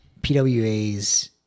PWA's